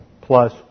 plus